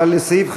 אבל לסעיף 5(3)